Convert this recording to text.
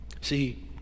See